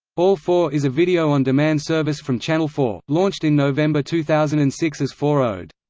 all four is a video on demand service from channel four, launched in november two thousand and six as four od.